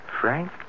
Frank